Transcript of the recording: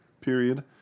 Period